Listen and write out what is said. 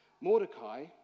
Mordecai